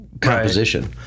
composition